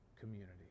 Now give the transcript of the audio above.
community